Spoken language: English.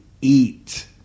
eat